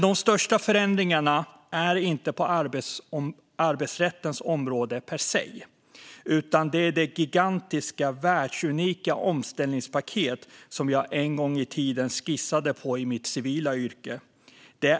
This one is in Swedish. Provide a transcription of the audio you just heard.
De största förändringarna sker dock inte på arbetsrättens område per se, utan det historiska är det gigantiska, världsunika omställningspaket som jag en gång i tiden skissade på i mitt civila yrke.